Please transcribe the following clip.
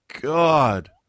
god